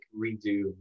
redo